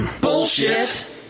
bullshit